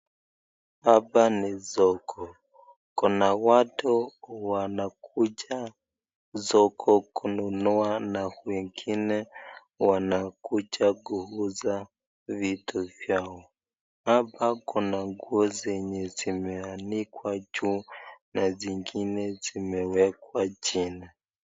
Hapa ni soko, kuna watu wanakuja soko kununua na wengine wanakuja kuuza vitu vyao, hapa kuna nguo zenye zimeanikwa juu na zingine zimewekwa chini.